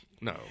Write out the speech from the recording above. No